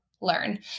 learn